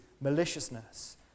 maliciousness